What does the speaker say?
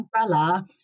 umbrella